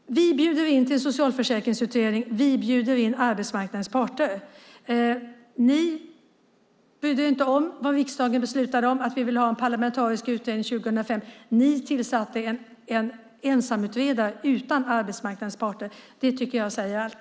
Vi bjuder in till socialförsäkringsutredning. Vi bjuder in arbetsmarknadens parter. Ni brydde er inte om vad riksdagen beslutade, att vi ville ha en parlamentarisk utredning 2005. Ni tillsatte en ensamutredare utan arbetsmarknadens parter. Det tycker jag säger allt.